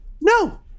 no